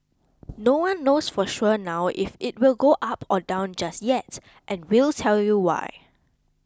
no one knows for sure now if it will go up or down just yet and we'll tell you why